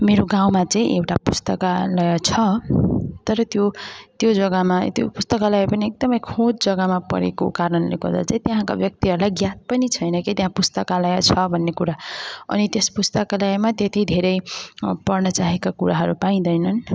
मेरो गाउँमा चाहिँ एउटा पुस्तकालय छ तर त्यो त्यो जगामा त्यो पुस्तकालय पनि एकदम खोँच जगामा परेको कारणले गर्दा चाहिँ त्यहाँका व्यक्तिहरूलाई ज्ञात पनि छैन कि पुस्तकालय छ भन्ने कुरा अनि त्यस पुस्तकालयमा त्यति धेरै पढ्न चाहेका कुराहरू पाइँदैनन्